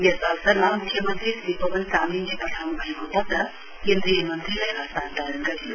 यस अवसरमा मुख्यमन्त्री श्री पवन चामलिङले पठाउनुभएको पत्र केन्द्रीय मन्त्रीलाई हस्तान्तरण गरियो